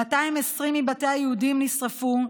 220 מבתי היהודים נשרפו,